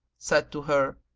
said to her,